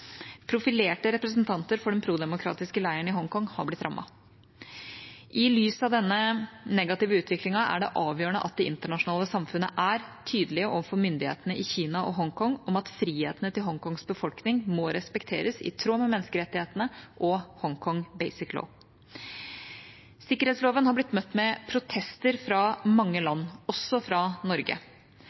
Profilerte representanter for den prodemokratiske leiren i Hongkong har blitt rammet. I lys av denne negative utviklingen er det avgjørende at det internasjonale samfunnet er tydelige overfor myndighetene i Kina og Hongkong om at frihetene til Hongkongs befolkning må respekteres, i tråd med menneskerettighetene og Hongkong Basic Law. Sikkerhetsloven har blitt møtt med protester fra mange land, også fra Norge.